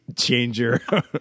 changer